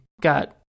got